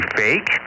fake